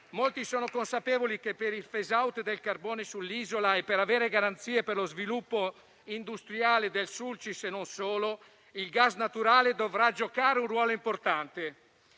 molti sono consapevoli che per il *phase out* del carbone sull'isola e per avere garanzie per lo sviluppo industriale del Sulcis e non solo, il gas naturale dovrà giocare un ruolo importante.